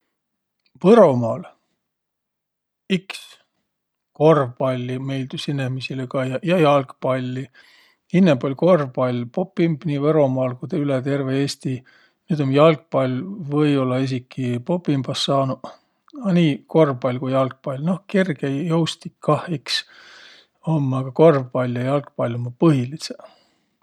Võromaal iks korvpalli miildüs inemiisile kaiaq, ja jalgpalli. Innemb oll' korvpall popimb nii Võromaal ku üle terve Eesti. Nüüd um jalgpall või-ollaq esiki popimbas saanuq. No nii kolvpall ku jalgpall. Noh, kegejoustik kah iks om, a korvpall ja jalgpall ummaq põhilidsõq.